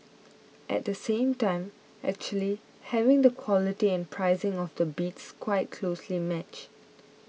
at the same time actually having the quality and pricing of the bids quite closely matched